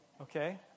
Okay